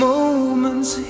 moment's